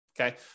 Okay